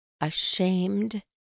ashamed